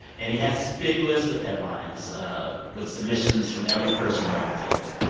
and he has this big list of headlines with submissions from every person around the table.